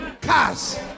cars